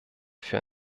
für